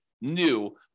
new